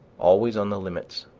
always on the limits,